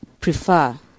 prefer